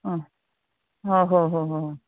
ꯑꯥ ꯍꯣꯏ ꯍꯣꯏ ꯍꯣꯏ ꯍꯣꯏ